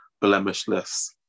blemishless